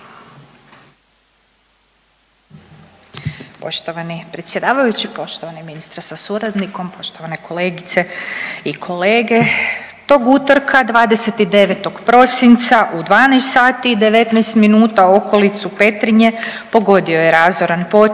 Poštovani predsjedavajući, poštovani ministre sa suradnikom, poštovane kolegice i kolege. Tog utorka 29. prosinca u 12 sati i i 19 minuta okolicu Petrinje pogodio je razoran potres